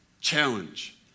challenge